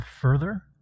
further